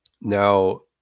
Now